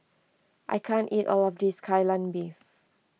I can't eat all of this Kai Lan Beef